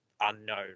unknown